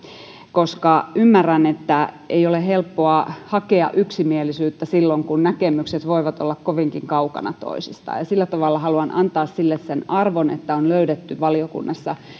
koska ymmärrän että ei ole helppoa hakea yksimielisyyttä silloin kun näkemykset voivat olla kovinkin kaukana toisistaan ja sillä tavalla haluan antaa sille sen arvon että on löydetty valiokunnassa